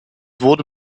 wurde